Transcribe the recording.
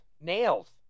Nails